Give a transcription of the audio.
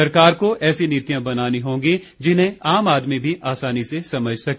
सरकार को ऐसी नीतियां बनानी होंगी जिन्हें आम आदमी भी आसानी से समझ सके